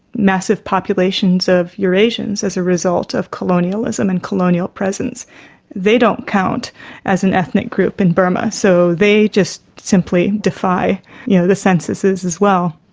massive populations of eurasians as a result of colonialism and colonial presence they don't count as an ethnic group in burma, so they just simply defy you know the censuses as well.